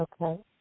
Okay